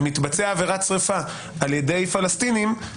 אם תתבצע עבירת שריפה על-ידי פלסטינים,